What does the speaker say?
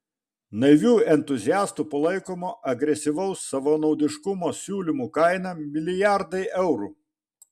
naivių entuziastų palaikomo agresyvaus savanaudiškumo siūlymų kaina milijardai eurų